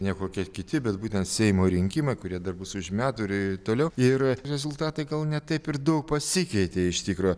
ne kokie kiti bet būtent seimo rinkimai kurie dar bus už metų ir toliau ir rezultatai gal ne taip ir daug pasikeitė iš tikro